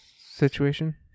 situation